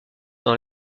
dans